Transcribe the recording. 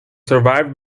survived